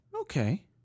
Okay